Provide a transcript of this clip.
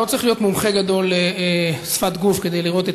לא צריך להיות מומחה גדול לשפת גוף כדי לראות את